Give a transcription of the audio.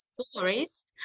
stories